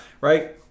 Right